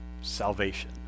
Salvation